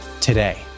today